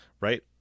right